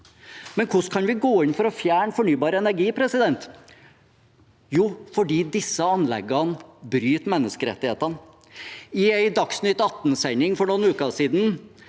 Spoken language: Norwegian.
Hvordan kan vi gå inn for å fjerne fornybar energi? Jo, fordi disse anleggene bryter menneskerettighetene. I en Dagsnytt 18-sending for noen uker siden